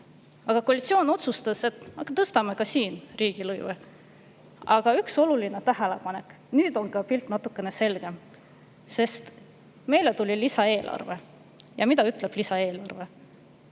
aga koalitsioon otsustas, et tõstame ka siin riigilõive. Aga üks oluline tähelepanek. Nüüd on pilt natukene selgem, sest meile tuli lisaeelarve. Ja mida ütleb lisaeelarve?